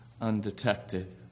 undetected